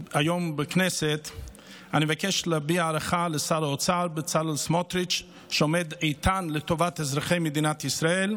אני אפנה בשפה האנגלית לארגוני הנשים שעודד דיבר עליהם קודם,